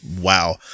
wow